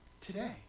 today